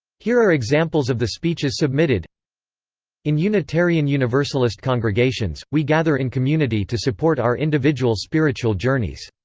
here are examples of the speeches submitted in unitarian universalist congregations, we gather in community to support our individual spiritual journeys.